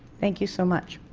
thank you so much.